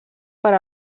per